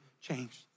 changed